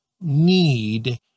need